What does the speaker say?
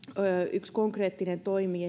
yksi konkreettinen toimi